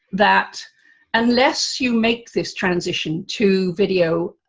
that unless you make this transition to video,